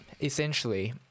Essentially